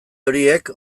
horiek